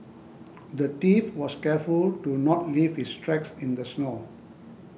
the thief was careful to not leave his tracks in the snow